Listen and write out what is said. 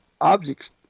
objects